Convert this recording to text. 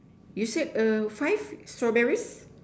you said five strawberries